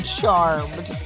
charmed